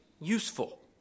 useful